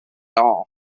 all